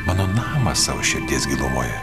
mano namas savo širdies gilumoje